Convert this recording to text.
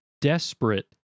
desperate